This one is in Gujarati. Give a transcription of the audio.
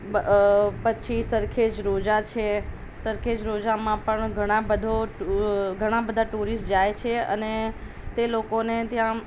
અ પછી સરખેજ રોજા છે સરખેજ રોજામાં પણ ઘણા બધો ટુ ઘણાં બધાં ટુરિસ્ટ જાય છે અને